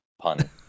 pun